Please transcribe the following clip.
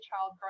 child